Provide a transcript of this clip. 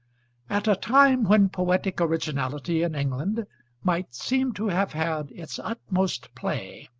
at a time when poetic originality in england might seem to have had its utmost play,